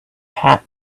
pat